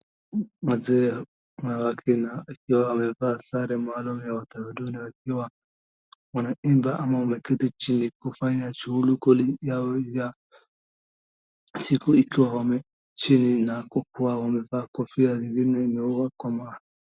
Wazee na wakina eshia wamepewa sare maalum ya utamaduni wakiwa, wanaimba ama ama wameketi chini kufanya shughuli yao ya siku, ikiwa wame chini na kukuwa na wame vaa kofia zingine kwa maa.